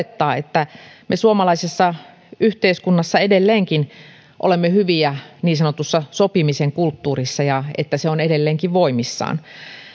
olettaa että me suomalaisessa yhteiskunnassa edelleenkin olemme hyviä niin sanotussa sopimisen kulttuurissa ja että se on edelleenkin voimissaan